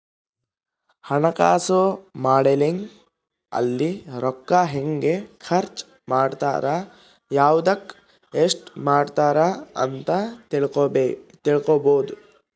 ಹಣಕಾಸು ಮಾಡೆಲಿಂಗ್ ಅಲ್ಲಿ ರೂಕ್ಕ ಹೆಂಗ ಖರ್ಚ ಮಾಡ್ತಾರ ಯವ್ದುಕ್ ಎಸ್ಟ ಮಾಡ್ತಾರ ಅಂತ ತಿಳ್ಕೊಬೊದು